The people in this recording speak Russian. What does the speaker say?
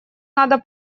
надо